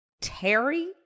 Terry